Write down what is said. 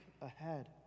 ahead